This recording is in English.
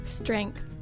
strength